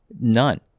None